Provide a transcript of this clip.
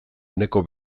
uneko